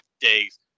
days